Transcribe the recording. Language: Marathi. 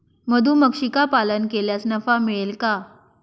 मधुमक्षिका पालन केल्यास नफा मिळेल का?